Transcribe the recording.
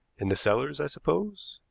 in the cellars i suppose?